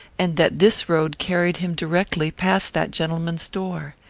and that this road carried him directly past that gentleman's door.